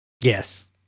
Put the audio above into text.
Yes